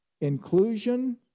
inclusion